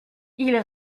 ils